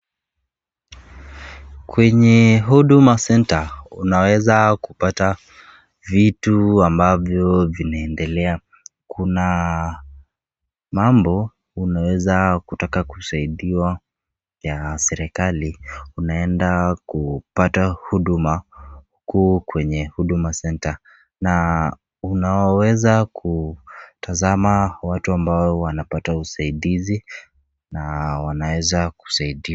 Kwenye huduma center unaweza kupata vitu ambavyo vinaedelea, kuna mambo unaweza kutaka kusaidiwa ya serikali, unaenda kupata huduma, huduma kuu kwenye huduma center , na unaweza kutaza watu ambao wanapata usaidizi na wanaweza kuasaidiwa.